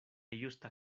justa